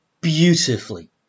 beautifully